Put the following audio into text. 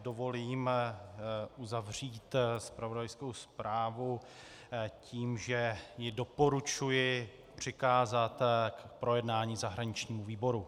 Dovolím si uzavřít zpravodajskou zprávu tím, že ji doporučuji přikázat k projednání zahraničnímu výboru.